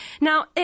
Now